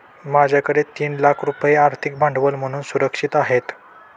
माझ्याकडे तीन लाख रुपये आर्थिक भांडवल म्हणून सुरक्षित आहेत